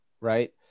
right